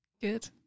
Good